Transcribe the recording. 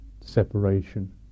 separation